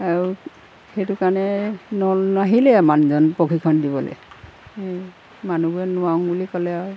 আৰু সেইটো কাৰণে নাহিলেই মানুহজন প্ৰশিক্ষণ দিবলৈ মানুহবোৰে নোৱাৰোঁ বুলি ক'লে আৰু